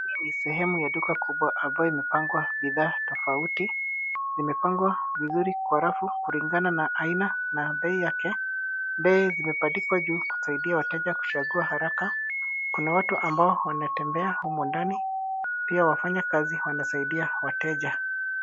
Hii ni sehemu ya duka kubwa ambayo imepangwa bidhaa tofauti zimepangwa vizuri kwa rafu kulingana na aina na bei yake. Bei zimepandikwa juu kusaidia wateja kuchagua haraka. Kuna watu ambao wanatembea humo ndani pia wafanya kazi wanasaidia wateja.